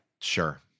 sure